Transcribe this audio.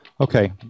Okay